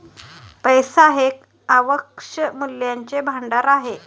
पैसा हे एक आवश्यक मूल्याचे भांडार आहे